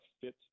fit